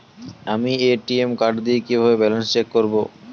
আমি ATM card দিয়ে কিভাবে ব্যালেন্স চেক করব?